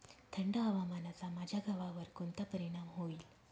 थंड हवामानाचा माझ्या गव्हावर कोणता परिणाम होईल?